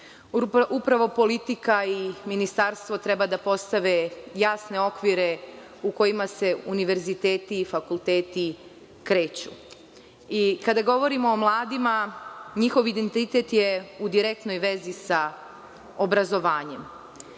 Upravo, politika i ministarstvo treba da postave jasne okvire u kojima se univerziteti, fakulteti, kreću. Kada govorimo o mladima, njihov identitet je u direktnoj vezi sa obrazovanjem.